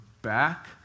Back